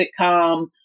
sitcom